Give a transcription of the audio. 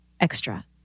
extra